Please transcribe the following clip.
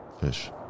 fish